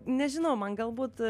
nežinau man galbūt